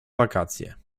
wakacje